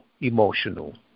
emotional